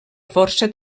força